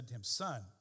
Son